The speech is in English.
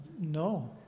No